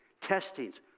Testings